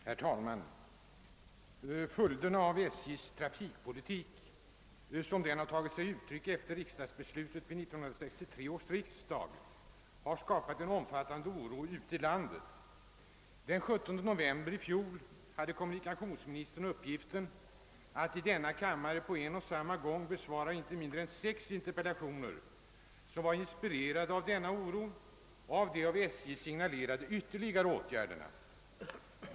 Herr talman! Följderna av SJ:s trafikpolitik, såsom denna har tagit sig uttryck efter 1963 års riksdagsbeslut, har skapat en omfattande oro ute i landet. Den 17 november i fjol hade kommunikationsministern uppgiften att i denna kammare på en och samma gång besvara inte mindre än sex interpellationer som var inspirerade av denna oro på grund av de av SJ signalerade ytterligare åtgärderna.